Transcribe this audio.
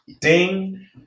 ding